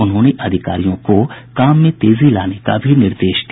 उन्होंने अधिकारियों को काम में तेजी लाने का भी निर्देश दिया